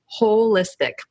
holistic